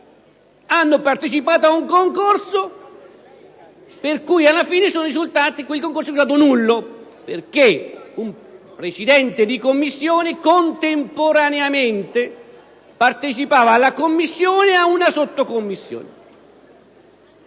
hanno partecipato a un concorso che alla fine è risultato nullo, perché un presidente di commissione contemporaneamente partecipava alla commissione e ad una sottocommissione.